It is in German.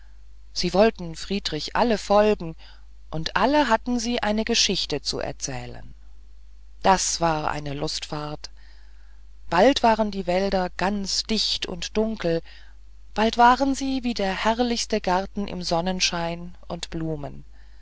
sie wollten friedrich alle folgen und alle hatten sie eine geschichte zu erzählen das war eine lustfahrt bald waren die wälder ganz dicht und dunkel bald waren sie wie der herrlichste garten mit sonnenschein und blumen